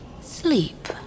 sleep